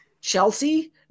Chelsea